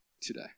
today